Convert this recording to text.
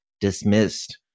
dismissed